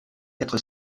quatre